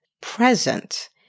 present